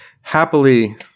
happily